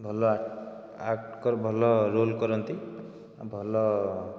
ଭଲ ଆକ୍ଟ୍ ଭଲ ରୋଲ୍ କରନ୍ତି ଆଉ ଭଲ